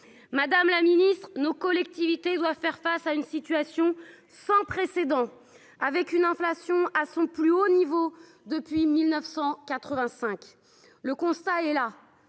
madame la Ministre, nos collectivités doit faire face à une situation sans précédent, avec une inflation à son plus haut niveau depuis 1985 le constat est là,